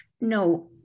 No